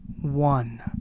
one